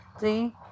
See